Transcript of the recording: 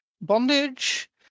bondage